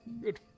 Good